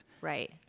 right